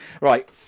Right